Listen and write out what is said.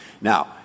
Now